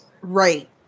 Right